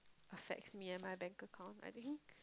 affects me and my bank account I think